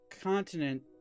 continent